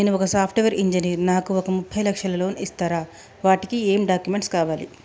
నేను ఒక software engineer నాకు ఒక ముప్పై లక్షల లోన్ ఇస్తరా? వాటికి ఏం డాక్యుమెంట్స్ కావాలి?